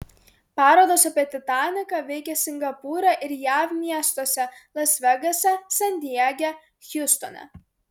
parodos apie titaniką veikia singapūre ir jav miestuose las vegase san diege hjustone